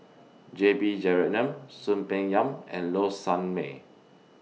J B Jeyaretnam Soon Peng Yam and Low Sanmay